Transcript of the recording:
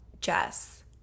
Jess